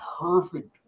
perfect